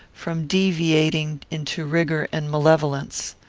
from deviating into rigour and malevolence.